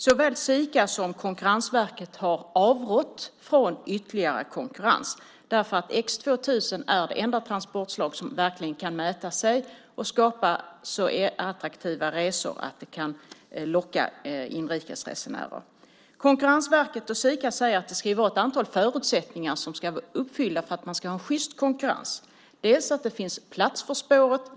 Såväl Sika som Konkurrensverket har avrått från ytterligare konkurrens därför att X 2000 är det enda transportslag som verkligen kan mäta sig och skapa så attraktiva resor att det kan locka inrikes resenärer. Konkurrensverket och Sika säger att ett antal förutsättningar ska vara uppfyllda för att man ska kunna ha en sjyst konkurrens. Det måste finnas plats på spåret.